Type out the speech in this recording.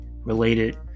related